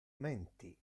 menti